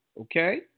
Okay